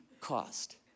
cost